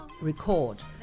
record